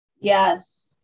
Yes